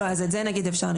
את זה אפשר לרשום.